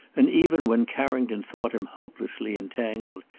and even when carrington thought him hopelessly entangled,